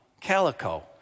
Calico